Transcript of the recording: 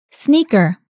Sneaker